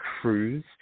cruise